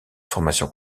formation